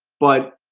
but